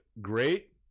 Great